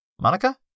Monica